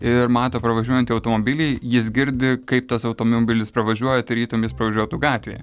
ir mato pravažiuojantį automobilį jis girdi kaip tas automobilis pravažiuoja tarytum jis pravažiuotų gatvėje